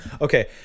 okay